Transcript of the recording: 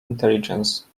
intelligence